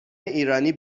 ایرانی